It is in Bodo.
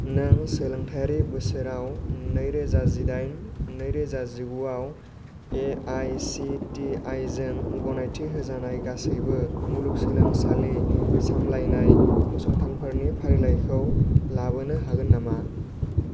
नों सोलोंथायारि बोसोराव नैरोजा जिदाइन नैरोजा जिगुयाव A I C T I जों गनायथि होजानाय गासैबो मुलुगसोलोंसालि सामलायनाय फसंथानफोरनि फारिलाइखौ लाबोनो हागोन नामा